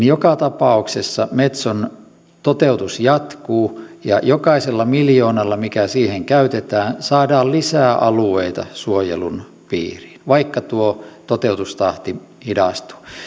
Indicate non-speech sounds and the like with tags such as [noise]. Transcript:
[unintelligible] joka tapauksessa metson toteutus jatkuu ja jokaisella miljoonalla mikä siihen käytetään saadaan lisää alueita suojelun piiriin vaikka tuo toteutustahti hidastuu